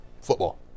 Football